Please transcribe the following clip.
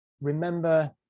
remember